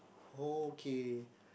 okay